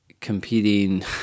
competing